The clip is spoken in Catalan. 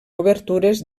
obertures